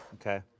Okay